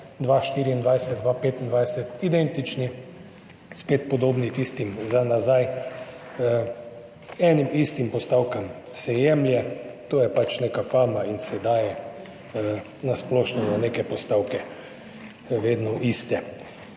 2024, 2025 identični oziroma podobni tistim za nazaj. Enim in istim postavkam se jemlje, to je pač neka fama, in sedaj na splošno na neke vedno iste